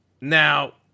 Now